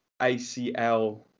ACL